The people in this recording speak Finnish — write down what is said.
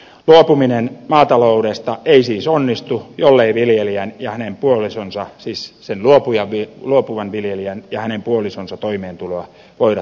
luopuminen maataloudesta ei siis onnistu jollei viljelijän ja hänen puolisonsa siis sen luopuvan viljelijän ja hänen puolisonsa toimeentuloa voida turvata